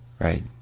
Right